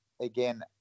again